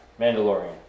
Mandalorian